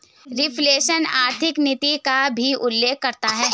reflation आर्थिक नीति का भी उल्लेख करता है